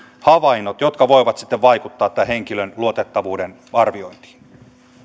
havainnot jotka voivat sitten vaikuttaa tämän henkilön luotettavuuden arviointiin